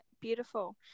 beautiful